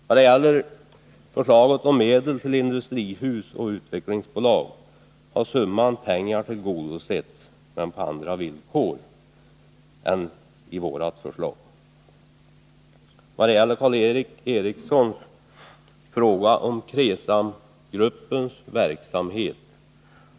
Vad det gäller förslagen om medel till industrihus och utvecklingsbolag har dessa tillgodosetts med avseende på nödvändiga medel, men de villkor som förordats är andra än dem som angivits i vårt förslag. Karl Erik Eriksson ställde en fråga angående KRESAM-gruppens verksamhet.